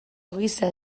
giza